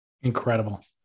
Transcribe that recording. Incredible